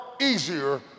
easier